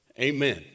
Amen